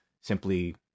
simply